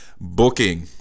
booking